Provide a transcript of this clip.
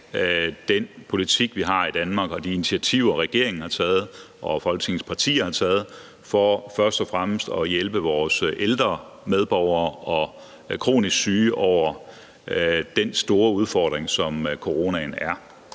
den politik, vi har i Danmark, og de initiativer, som regeringen har taget og Folketingets partier har taget for først og fremmest at hjælpe vores ældre medborgere og kronisk syge over den store udfordring, som coronaen er.